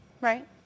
Right